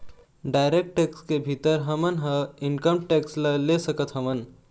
direct tax के भीतर हमन ह इनकम टेक्स ल ले सकत हवँन